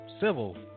civil